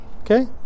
Okay